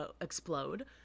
explode